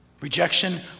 Rejection